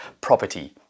property